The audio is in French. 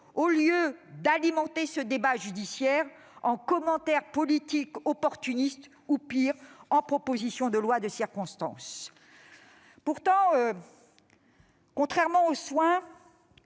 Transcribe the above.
au lieu d'alimenter ce débat judiciaire de commentaires politiques opportunistes, voire de propositions de loi de circonstance ? Pourtant, contrairement au soin,